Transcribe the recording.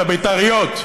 הבית"ריות.